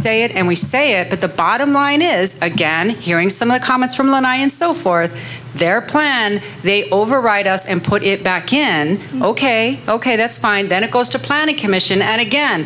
say it and we say it but the bottom line is again hearing some of the comments from one eye and so forth their plan they override us and put it back in ok ok that's fine then it goes to plan a commission and again